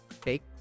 take